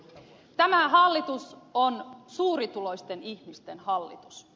tämä hallitus on suurituloisten ihmisten hallitus